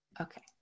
Okay